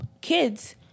kids